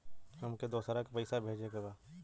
हमके दोसरा के पैसा भेजे के बा?